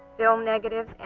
still negatives, and